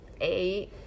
eight